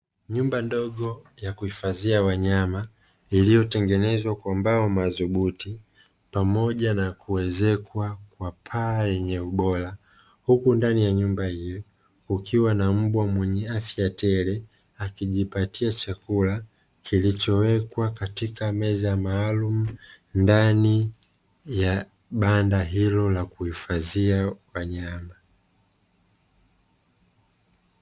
Nyumba ndogo ya kuhifadhia wanyama iliyotengenezwa kwa mbao madhubuti pamoja na kuezekwa kwa paa yenye ubora huku, ndani ya nyumba hiyo kukiwa na mbwa mwenye afya tele akijipatia chakula kilichowekwa katika meza maalumu ndani ya banda hilo la kuhifadhia wanyama.